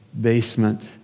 basement